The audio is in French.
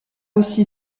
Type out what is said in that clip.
aussi